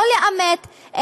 לא לאמת,